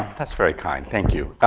that's very kind. thank you.